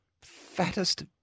fattest